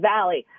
Valley